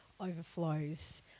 overflows